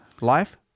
life